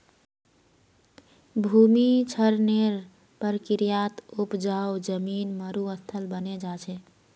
भूमि क्षरनेर प्रक्रियात उपजाऊ जमीन मरुस्थल बने जा छे